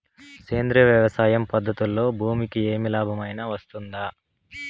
సేంద్రియ వ్యవసాయం పద్ధతులలో భూమికి ఏమి లాభమేనా వస్తుంది?